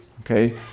okay